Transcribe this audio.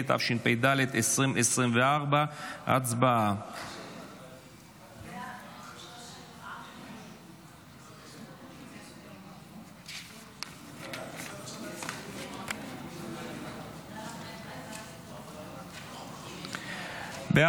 התשפ"ד 2024. הצבעה.